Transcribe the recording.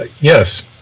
Yes